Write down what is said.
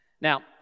Now